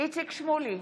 איציק שמולי,